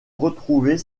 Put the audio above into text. retrouver